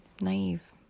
Naive